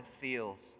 feels